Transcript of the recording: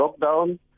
lockdown